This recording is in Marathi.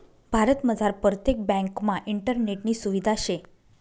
भारतमझार परतेक ब्यांकमा इंटरनेटनी सुविधा शे